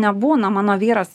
nebūna mano vyras